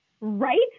Right